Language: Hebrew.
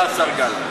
היה השר גלנט.